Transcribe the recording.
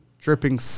Dripping